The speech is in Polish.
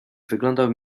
wyglądał